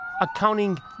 accounting